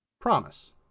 promise